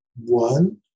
one